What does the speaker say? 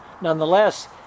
nonetheless